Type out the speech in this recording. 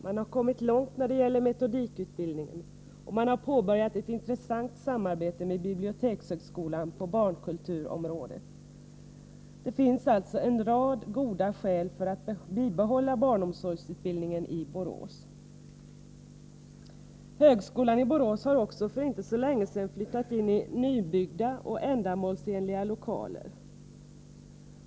Man har kommit långt när det gäller metodikutbildningen, och man har påbörjat ett intressant samarbete med bibliotekshögskolan på barnkulturområdet. Det finns alltså en rad goda skäl för att bibehålla barnomsorgsutbildningen i Borås. Högskolan i Borås har också för inte så länge sedan flyttat in i nybyggda och ändamålsenliga lokaler.